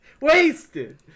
Wasted